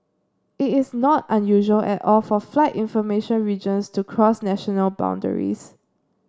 it is not unusual at all for flight information regions to cross national boundaries